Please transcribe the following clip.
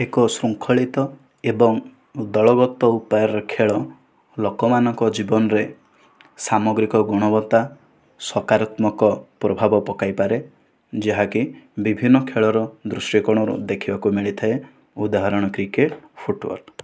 ଏକ ଶୃଙ୍ଖଳିତ ଏବଂ ଦଳଗତ ଉପାୟରେ ଖେଳ ଲୋକମାନଙ୍କ ଜୀବନରେ ସାମଗ୍ରିକ ଗୁଣବତ୍ତା ସକାରାତ୍ମକ ପ୍ରଭାବ ପକାଇପାରେ ଯାହାକି ବିଭିନ୍ନ ଖେଳର ଦୃଶ୍ୟକୋଣରୁ ଦେଖିବାକୁ ମିଳିଥାଏ ଉଦାହରଣ କ୍ରିକେଟ ଫୁଟବଲ୍